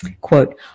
Quote